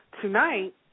Tonight